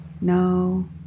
no